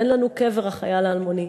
אין לנו קבר החייל האלמוני.